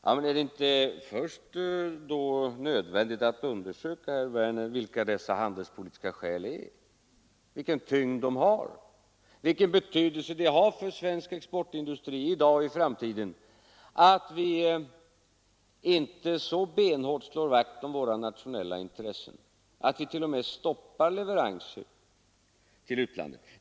Ja, men är det inte då först nödvändigt att undersöka, herr Werner, vilka dessa handelspolitiska skäl är, vilken tyngd de har och vilken betydelse de har för svensk exportindustri i dag och i framtiden? Vi skall inte så benhårt slå vakt om våra nationella intressen att vi t.o.m. stoppar leveranser till utlandet.